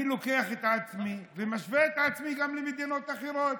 אני לוקח את עצמי ומשווה את עצמי גם למדינות אחרות.